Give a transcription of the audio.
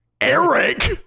Eric